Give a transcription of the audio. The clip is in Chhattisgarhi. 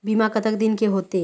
बीमा कतक दिन के होते?